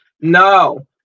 no